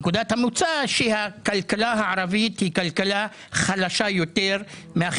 נקודת המוצא היא שהכלכלה הערבית היא כלכלה חלשה יותר מאשר של